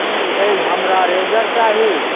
की एहि हमरा रेजर चाही